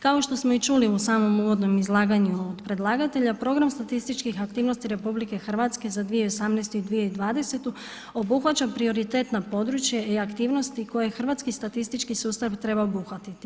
Kao što smo i čuli u samom uvodnom izlaganju od predlagatelja, program statističkih aktivnosti RH za 2018.-2020. obuhvaća prioritetno područje i aktivnosti koje hrvatski statistički sustav treba obuhvatiti.